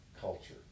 culture